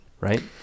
right